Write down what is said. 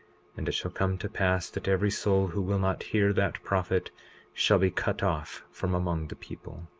and it shall come to pass that every soul who will not hear that prophet shall be cut off from among the people.